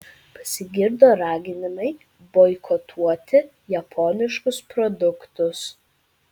pasigirdo raginimai boikotuoti japoniškus produktus